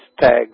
tags